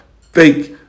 fake